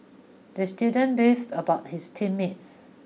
the student beefed about his team mates